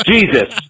Jesus